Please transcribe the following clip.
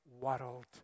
world